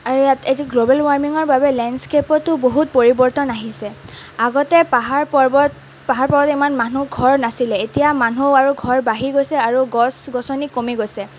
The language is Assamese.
আৰু ইয়াত এতিয়া গ্ল'বেল ৱাৰ্মিঙৰ বাবে লেণ্ডস্কেপটো বহুত পৰিবৰ্তন আহিছে আগতে পাহাৰ পৰ্বত পাহাৰ পৰ্বতত ইমান মানুহৰ ঘৰ নাছিলে এতিয়া মানুহ আৰু ঘৰ বাঢ়ি গৈছে আৰু গছ গছনি কমি গৈছে